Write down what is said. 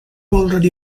already